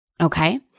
Okay